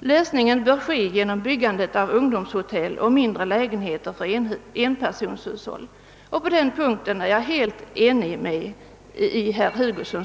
Lösningen på detta problem bör vara att man bygger ungdomshotell och mindre lägenheter för enpersonshushåll, På denna punkt är jag helt överens med herr Hugosson.